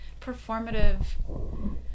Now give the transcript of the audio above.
performative